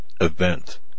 event